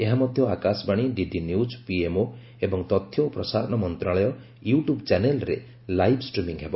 ଏହା ମଧ୍ୟ Akashvani DD news PMO ଏବଂ ତଥ୍ୟ ଓ ପ୍ରସାରଣ ମନ୍ତ୍ରଣାଳୟ ୟୁଟ୍ୟୁବ୍ ଚ୍ୟାନେଲ୍ରେ ଲାଇବ୍ ଷ୍ଟ୍ରିମିଂ ହେବ